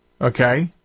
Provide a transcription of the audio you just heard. okay